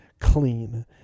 clean